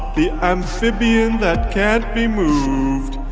the amphibian that can't be moved,